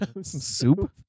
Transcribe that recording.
Soup